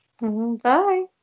Bye